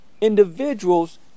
individuals